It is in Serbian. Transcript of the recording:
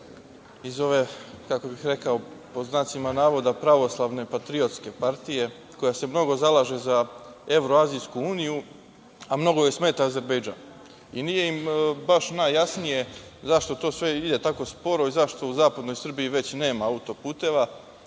iz ove, kako bih rekao, pod znacima navoda pravoslavne patriotske partije, koja se mnogo zalaže za evro-azijsku uniju, a mnogo joj smeta Azerbejdžan. Nije im baš najjasnije zašto to sve ide tako sporo i zašto u Zapadnoj Srbiji već nema auto-puteva. Odgovor